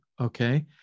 Okay